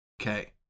Okay